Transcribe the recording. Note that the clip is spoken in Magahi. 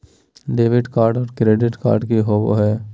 डेबिट कार्ड और क्रेडिट कार्ड की होवे हय?